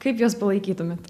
kaip juos palaikytumėt